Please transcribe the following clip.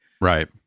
Right